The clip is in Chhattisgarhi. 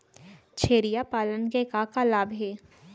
छेरिया पालन के का का लाभ हे?